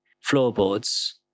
floorboards